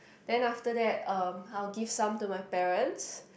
then after that um I will give some to my parents